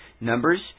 Numbers